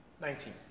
nineteen